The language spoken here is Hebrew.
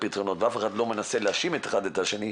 הפתרונות ואף אחד לא מנסה להאשים אחד את השני.